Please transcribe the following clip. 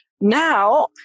Now